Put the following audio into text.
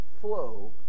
flow